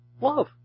love